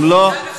אם לא,